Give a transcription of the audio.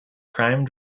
crime